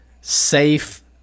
safe